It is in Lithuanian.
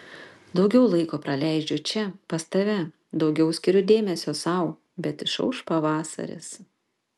daugiau laiko praleidžiu čia pas tave daugiau skiriu dėmesio sau bet išauš pavasaris